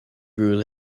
rule